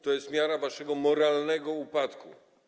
To jest miara waszego moralnego upadku.